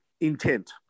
intent